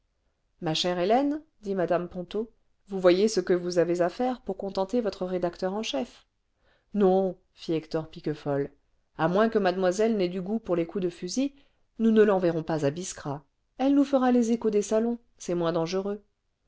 ma chère hélène dit mme ponto vous voyez ce que vous avez à faire pour contenter votre rédacteur en chef non fit hector piquefol à moins que mademoiselle n'ait du goût pour les coups de fusil nous ne l'enverrons pas à biskra elle nous fera les échos des salons c'est moins dangereux